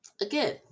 Again